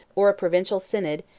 or a provincial synod,